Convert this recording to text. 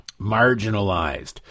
marginalized